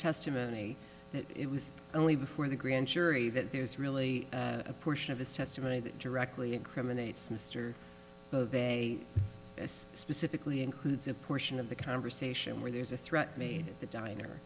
testimony it was only before the grand jury that there is really a portion of his testimony that directly incriminates mr de as specifically includes a portion of the conversation where there's a threat made the diner